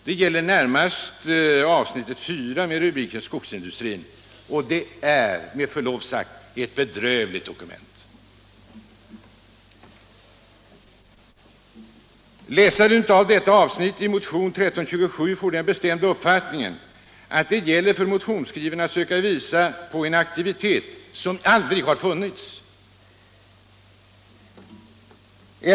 Det gäller närmast avsnittet 4 med rubriken Skogsindustrin. Det är, med förlov sagt, ett bedrövligt dokument. Läsaren av detta avsnitt i motion 1327 får den bestämda uppfattningen att det gäller för motionsskrivarna att söka visa på en aktivitet som aldrig har funnits.